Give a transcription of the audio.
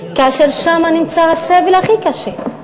ששם נמצא הסבל הכי קשה,